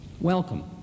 welcome